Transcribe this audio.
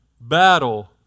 battle